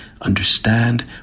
understand